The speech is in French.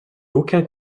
aucun